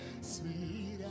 Sweet